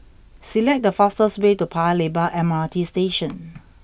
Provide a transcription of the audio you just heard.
select the fastest way to Paya Lebar M R T Station